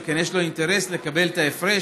שכן יש לו אינטרס לקבל את ההפרש